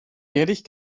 ehrlich